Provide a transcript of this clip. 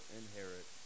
inherit